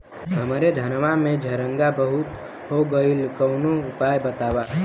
हमरे धनवा में झंरगा बहुत हो गईलह कवनो उपाय बतावा?